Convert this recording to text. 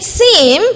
seem